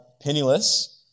penniless